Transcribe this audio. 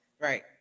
Right